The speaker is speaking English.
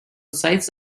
sites